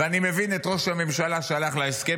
ואני מבין את ראש הממשלה שהלך להסכם,